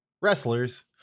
Wrestlers